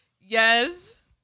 Yes